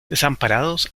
desamparados